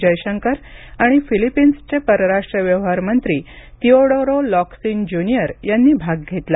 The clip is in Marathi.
जयशंकर आणि फिलिपिन्सचे परराष्ट्र व्यवहार मंत्री तिओडोरो लॉकसीन ज्युनिअर यांनी सहभाग घेतला